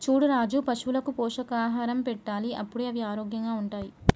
చూడు రాజు పశువులకు పోషకాహారం పెట్టాలి అప్పుడే అవి ఆరోగ్యంగా ఉంటాయి